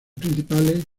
principales